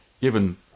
given